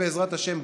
בעזרת השם,